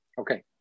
Okay